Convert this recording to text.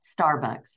Starbucks